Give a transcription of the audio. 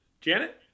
janet